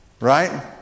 right